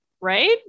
Right